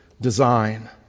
design